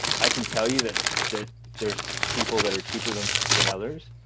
i can tell you that that there's people that are cheaper than so than others,